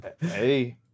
hey